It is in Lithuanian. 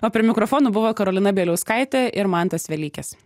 o prie mikrofono buvo karolina bieliauskaitė ir mantas velykis